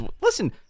Listen